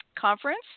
Conference